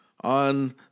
on